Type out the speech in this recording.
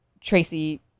Tracy